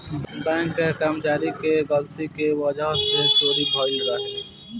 bank के कर्मचारी के गलती के ही वजह से चोरी भईल रहे